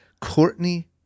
Courtney